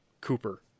Cooper